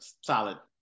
Solid